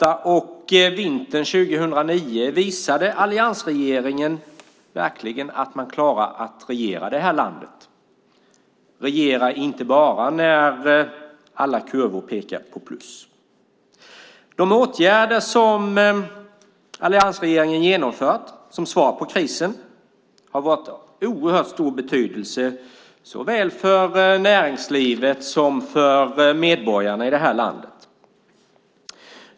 Alliansregeringen visade under hösten 2008 och vintern 2009 att den klarade att regera det här landet inte bara när alla kurvor pekade uppåt. De åtgärder som alliansregeringen genomfört som svar på krisen har varit av oerhört stor betydelse såväl för näringslivet som för medborgarna i det här landet.